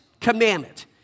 commandment